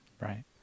Right